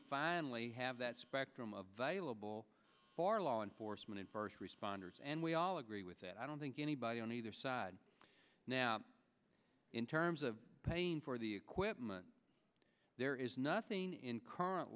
finally have that spectrum of violence for law enforcement and first responders and we all agree with that i don't think anybody on either side now in terms of paying for the equipment there is nothing in current